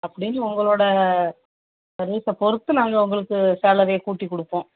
அப்படின்னு உங்களோட சர்வீஸை பொறுத்து நாங்கள் உங்களுக்கு சாலரிய கூட்டிக்கொடுப்போம்